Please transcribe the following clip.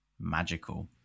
Magical